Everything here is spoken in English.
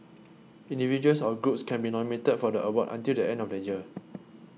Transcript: individuals or groups can be nominated for the award until the end of the year